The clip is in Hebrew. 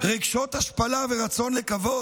רגשות השפלה ורצון לכבוד?